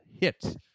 hit